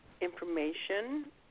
information